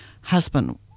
husband